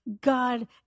God